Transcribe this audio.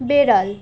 বিড়াল